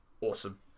awesome